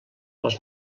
els